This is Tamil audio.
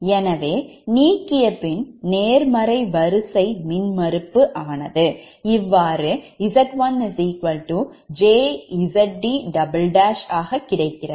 எனவே நீக்கிய பின் நேர்மறை வரிசை மின்மறுப்பு ஆனது இவ்வாறு Z1 jZd 1 ஆக கிடைக்கிறது